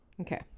Okay